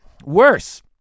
Worse